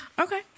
Okay